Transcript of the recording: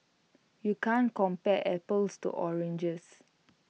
you can't compare apples to oranges